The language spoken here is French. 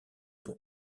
pour